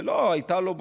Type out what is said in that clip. ולא הייתה לו ברירה,